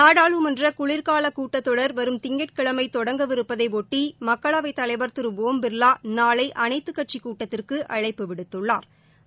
நாடாளுமன்ற குளிர்கால கூட்டத்தொடர் வரும் திங்கட்கிழமை தொடங்கவிருப்பதையொட்டி மக்களவைத் தலைவா் திரு ஒம் பிா்வா நாளை அனைத்துக் கட்சிக் கூட்டத்திற்கு அழைப்பு விடுத்துள்ளாா்